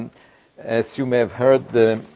as you may have heard, the,